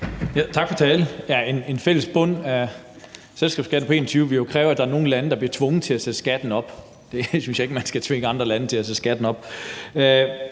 Tak for talen. En fælles bund i selskabsskatten på 21 pct. ville jo kræve, at der er nogle lande, der bliver tvunget til at sætte skatten op. Det synes jeg ikke man skal tvinge andre lande til; at sætte skatten op.